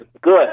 good